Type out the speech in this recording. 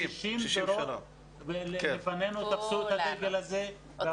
60 דורות לפנינו תפסו את הדגל הזה.